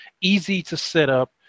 easy-to-set-up